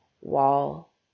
wall